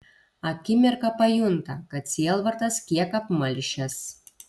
akimirką pajunta kad sielvartas kiek apmalšęs